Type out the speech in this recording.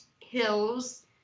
Hills